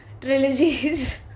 trilogies